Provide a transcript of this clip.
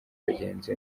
bagenzi